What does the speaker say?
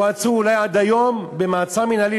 והוא עצור אולי עד היום במעצר מינהלי,